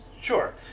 Sure